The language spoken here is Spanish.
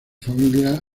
familia